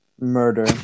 Murder